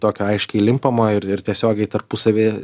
tokio aiškiai limpamo ir ir tiesiogiai tarpusavy